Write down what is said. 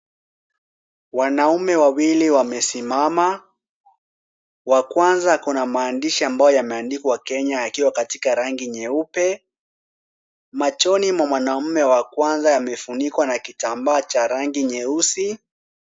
Wanaume wawili wamesimama. Wa kwanza ako na maandishi ambayo yameandikwa Kenya yakiwa katika rangi nyeupe. Machoni mwa mchezaji wa kwanza yamefunikwa na kitambaa cha rangi nyeusi.